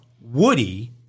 Woody